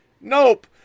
Nope